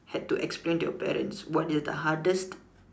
had to explain to your parents what is the hardest